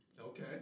Okay